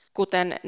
kuten